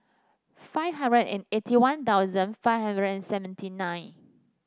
five hundred and eighty One Thousand five hundred and seventy nine